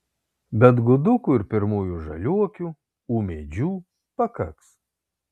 bet gudukų ir pirmųjų žaliuokių ūmėdžių pakaks